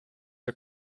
are